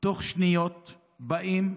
שתוך שניות באים,